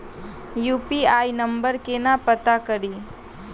UPI number केना पत्ता कड़ी?